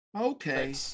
Okay